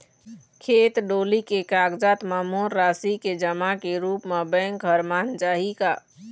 खेत डोली के कागजात म मोर राशि के जमा के रूप म बैंक हर मान जाही का?